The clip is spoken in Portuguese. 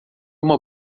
uma